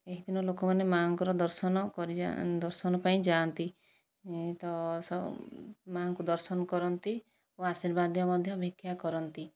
ଏହିଦିନ ଲୋକମାନେ ମା'ଙ୍କର ଦର୍ଶନ କରି ଦର୍ଶନ ପାଇଁ ଯାଆନ୍ତି ତ ମା' ଙ୍କୁ ଦର୍ଶନ କରନ୍ତି ଓ ଆର୍ଶୀବାଦ ମଧ୍ୟ ଭିକ୍ଷା କରନ୍ତି